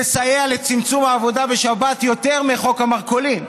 תסייע לצמצום העבודה בשבת יותר מחוק המרכולים.